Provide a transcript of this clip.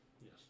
Yes